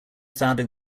founding